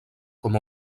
com